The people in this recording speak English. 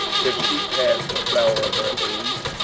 if she pass the flower of her age,